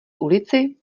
ulici